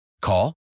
Call